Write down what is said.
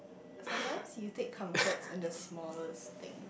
sometimes you take comfort in the smallest thing